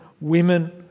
women